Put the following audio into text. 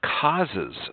causes